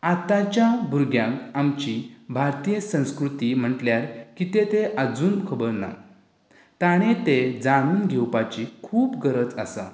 आताच्या भुरग्यांक आमची भारतीय संस्कृती म्हटल्यार कितें तें आजून खबर ना ताणे तें जाणून घेवपाची खूब गरज आसा